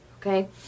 Okay